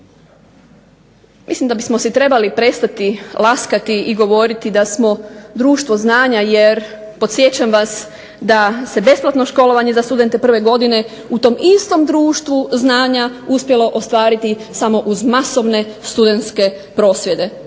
Mislim da bismo si trebali prestati laskati i govoriti da smo društvo znanja jer podsjećam vas da se besplatno školovanje za studente prve godine u tom istom društvu znanja uspjelo ostvariti samo uz masovne studentske prosvjete.